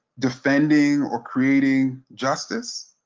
defending or creating justice,